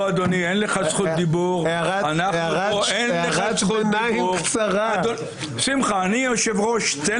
רבי אברהם אבן עזרא כתב: "כבודי במקומי ואם אשפיל שבתי